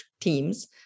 teams